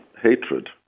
hatred